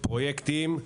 פרויקטים,